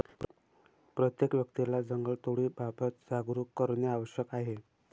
प्रत्येक व्यक्तीला जंगलतोडीबाबत जागरूक करणे आवश्यक आहे